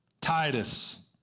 Titus